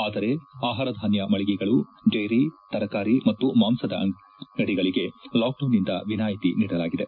ಆದರೆ ಆಹಾರಧಾನ್ಯ ಮಳಗೆಗಳು ಡೈರಿ ತರಕಾರಿ ಮತ್ತು ಮಾಂಸದ ಮಳಗೆಗಳಗೆ ಲಾಕ್ಡೌನ್ನಿಂದ ವಿನಾಯಿತಿ ನೀಡಲಾಗಿದೆ